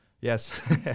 Yes